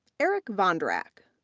eric vondrak,